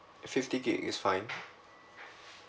fifty gig is fine